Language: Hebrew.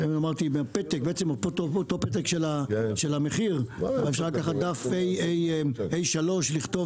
אותו פתק של המחיר אפשר גם בדף A 3 לכתוב